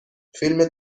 فیلم